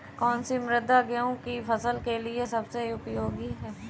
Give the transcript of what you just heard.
कौन सी मृदा गेहूँ की फसल के लिए सबसे उपयोगी है?